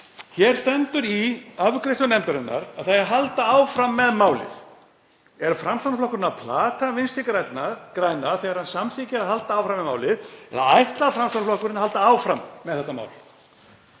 Hér stendur í afgreiðslu nefndarinnar að halda eigi áfram með málið. Er Framsóknarflokkurinn að plata Vinstri græna þegar hann samþykkir að halda áfram með málið eða ætlar Framsóknarflokkurinn að halda áfram með þetta mál?